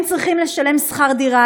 הם צריכים לשלם שכר-דירה,